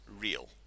real